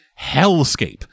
hellscape